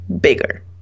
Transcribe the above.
bigger